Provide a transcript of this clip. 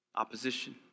Opposition